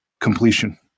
completion